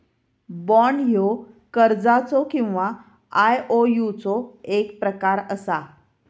bond ह्यो कर्जाचो किंवा आयओयूचो एक प्रकार असा